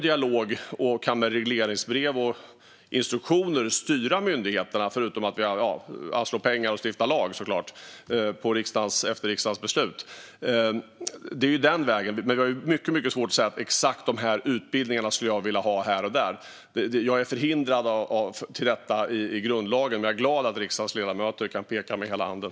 Förutom att anslå pengar och stifta lagar efter riksdagens beslut har vi möjlighet att styra myndigheterna genom regleringsbrev och instruktioner. Men det är mycket svårt att säga exakt vilka utbildningar jag skulle vilja ha här och där. Grundlagen förhindrar mig att göra det, men jag är glad att riksdagens ledamöter kan peka med hela handen.